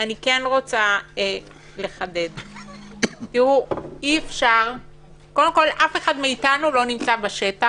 זה לא יאומן, כל פעם כשאני פותחת את הפה